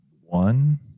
one